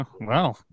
Wow